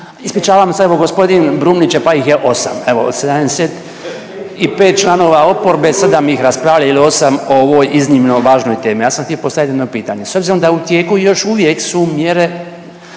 Ispričavam se, evo g. Brumnić je, pa ih je 8, evo od 75 članova oporbe 7 ih raspravlja ili 8 o ovoj iznimno važnoj temi. Ja sam htio postaviti jedno pitanje, s obzirom da u tijeku još uvijek su mjere